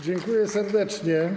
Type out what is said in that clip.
Dziękuję serdecznie.